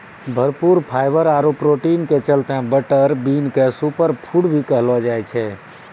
भरपूर फाइवर आरो प्रोटीन के चलतॅ बटर बीन क सूपर फूड भी कहलो जाय छै